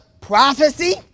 prophecy